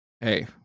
hey